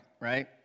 right